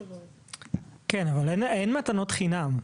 כן, אבל אין מתנות חינם.